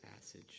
passage